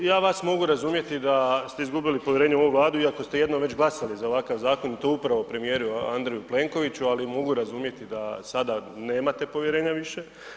Ja vas mogu razumjeti da ste izgubili povjerenje u ovu Vladu iako ste jednom već glasali za ovakav zakon i to upravo premijeru Andreju Plenkoviću, ali mogu razumjeti da sada nemate povjerenja više.